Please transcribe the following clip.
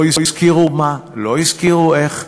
לא הזכירו מה, לא הזכירו איך,